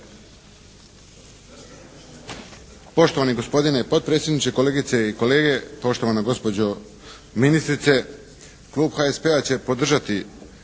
Poštovani gospodine potpredsjedniče, kolegice i kolege, poštovana gospođo ministrice. Klub HSP-a će podržati